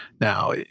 now